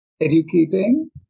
educating